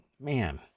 man